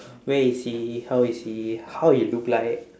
where is he how is he how he look like